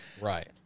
Right